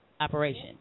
operation